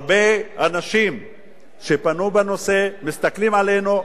הרבה אנשים שפנו בנושא מסתכלים עלינו,